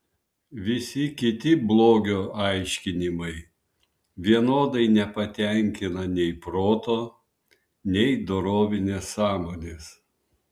visi kiti blogio aiškinimai vienodai nepatenkina nei proto nei dorovinės sąmonės